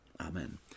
Amen